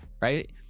right